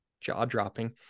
jaw-dropping